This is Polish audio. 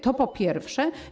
To po pierwsze.